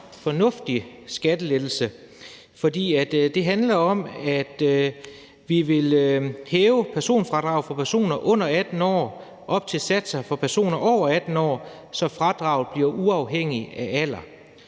fornuftig skattelettelse, for det handler om, at vi vil hæve personfradraget for personer under 18 år op til satser for personer over 18 år, så fradraget bliver uafhængigt af alder.